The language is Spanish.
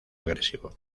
agresivo